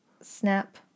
snap